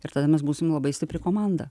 ir tada mes būsim labai stipri komanda